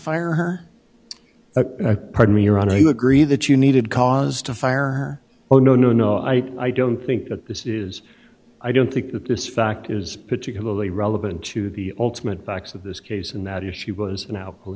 fire her ok pardon me your honor you agree that you needed cause to fire oh no no no i i don't think that this is i don't think that this fact is particularly relevant to the ultimate backs of this case and that if she was